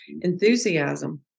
enthusiasm